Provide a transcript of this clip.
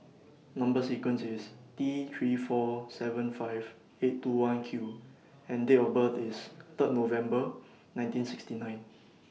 Number sequence IS T three four seven five eight two one Q and Date of birth IS Third November nineteen sixty nine